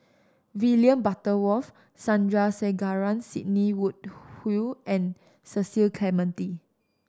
William Butterworth Sandrasegaran Sidney Woodhull and Cecil Clementi